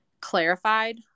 clarified